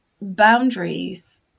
boundaries